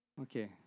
Okay